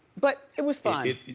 but it was fun.